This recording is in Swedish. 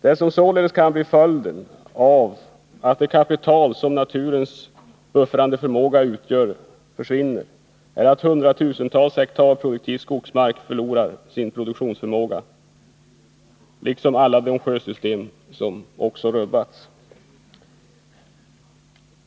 Det som således kan bli följden av att det kapital som naturens buffrande förmåga utgör försvinner är att hundratusentals hektar produktiv skogsmark förlorar sin produktionsförmåga, liksom alla de sjösystem som rubbats.